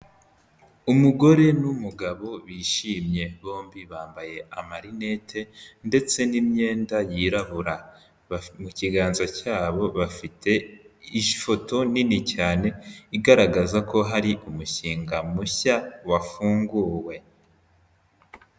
Umugore n'umugabo bishimye, bombi bambaye amarinete ndetse n'imyenda yirabura, mu kiganza cyabo bafite ifoto nini cyane, igaragaza ko hari umushinga mushya wafunguwe.